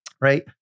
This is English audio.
right